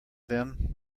then